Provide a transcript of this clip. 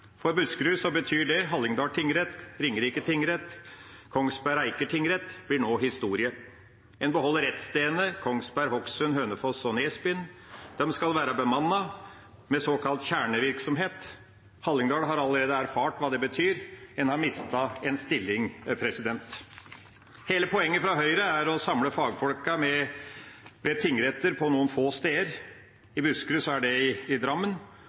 For Buskerud betyr det at Hallingdal tingrett, Ringerike tingrett og Kongsberg og Eiker tingrett nå blir historie. En beholder rettsstedene, Kongsberg, Hokksund, Hønefoss og Nesbyen. De skal være bemannet, med såkalt kjernevirksomhet. Hallingdal har allerede erfart hva det betyr – en har mistet en stilling. Hele poenget til Høyre er å samle fagfolkene ved tingretter på noen få steder. I Buskerud er det i Drammen.